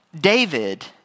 David